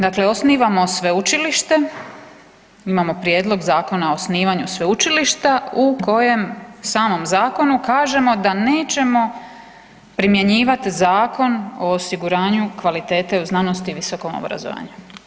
Dakle, osnivamo sveučilište, imamo prijedlog zakona o osnivanju sveučilišta u kojem samom zakonu kažemo da nećemo primjenjivati Zakon o osiguranju kvalitete u znanosti i visokom obrazovanju.